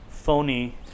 phony